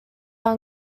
are